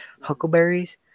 huckleberries